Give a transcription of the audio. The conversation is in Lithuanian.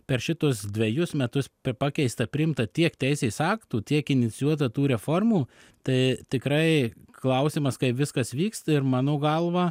per šituos dvejus metus pakeista priimta tiek teisės aktų tiek inicijuota tų reformų tai tikrai klausimas kaip viskas vyksta ir mano galva